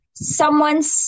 Someone's